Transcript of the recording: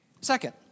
Second